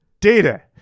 Data